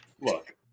look